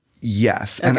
Yes